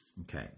Okay